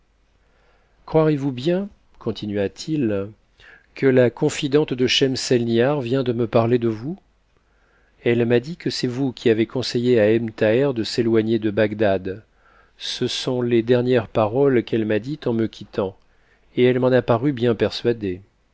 croirez-vous bien continua t i que la confidente de schemseinihar vient de me parler de vous h te m'a dit que c'est vous qui avez conseillé à ebn thaher de s'éloigner de bagdad ce sont les dernières paroles qu'elle m'a dites en me quittant et elle m'en a paru bien persuadée